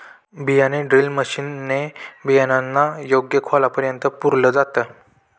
बियाणे drill machine ने बियाणांना योग्य खोलापर्यंत पुरल जात